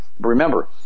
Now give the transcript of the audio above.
Remember